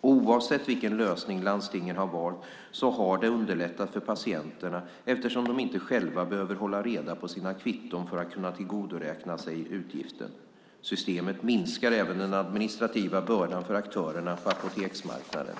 Oavsett vilken lösning landstingen har valt så har det underlättat för patienterna eftersom de inte själva behöver hålla reda på sina kvitton för att kunna tillgodoräkna sig utgiften. Systemet minskar även den administrativa bördan för aktörerna på apoteksmarknaden.